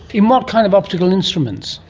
in what kind of optical instruments?